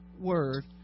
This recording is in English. word